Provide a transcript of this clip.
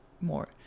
more